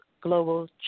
Global